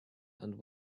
and